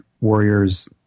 warriors